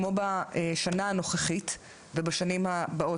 כמו בשנה הנוכחית ובשנים הבאות.